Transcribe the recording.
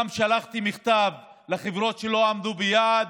שלחתי מכתב גם לחברות שלא עמדו ביעד.